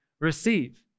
receive